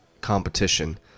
competition